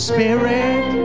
Spirit